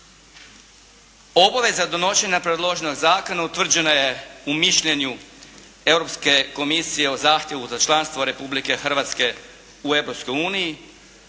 Obveza donošenja predloženog zakona utvrđena je u mišljenju Europske Komisije o zahtjevu za članstvo Republike Hrvatske u